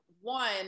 one